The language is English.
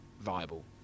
viable